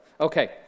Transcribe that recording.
Okay